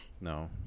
No